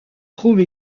trouve